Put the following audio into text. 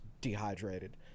dehydrated